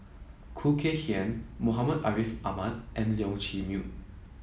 Khoo Kay Hian Muhammad Ariff Ahmad and Leong Chee Mun